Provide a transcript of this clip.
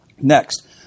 Next